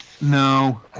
No